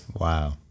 Wow